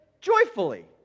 joyfully